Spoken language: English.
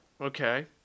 Okay